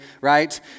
right